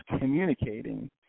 communicating